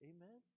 Amen